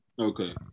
Okay